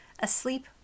asleep